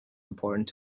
important